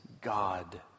God